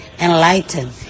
enlighten